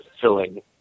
filling